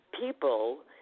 people